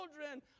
children